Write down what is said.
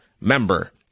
Member